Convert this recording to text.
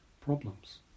problems